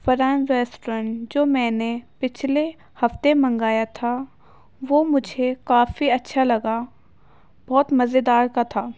Farhan restaurant جو میں نے پچھلے ہفتے منگایا تھا وہ مجھے کافی اچھا لگا بہت مزیدار کا تھا